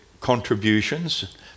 contributions